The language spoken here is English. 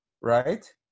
right